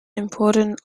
important